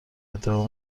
ادعا